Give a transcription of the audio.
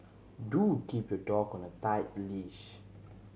Do keep your dog on a tight leash